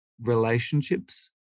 relationships